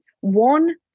one